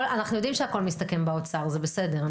אנחנו יודעים מלכתחילה שהכל מסתכל באוצר, זה בסדר.